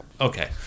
Okay